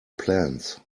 plans